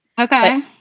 Okay